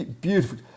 beautiful